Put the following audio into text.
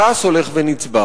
הכעס הולך ונצבר.